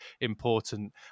important